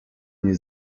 nie